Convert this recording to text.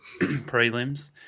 prelims